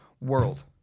world